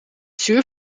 zuur